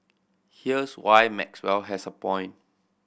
here's why Maxwell has a point